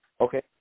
Okay